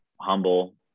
humble